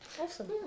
Awesome